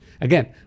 Again